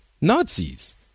Nazis